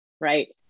Right